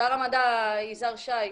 שר המדע יזהר שי,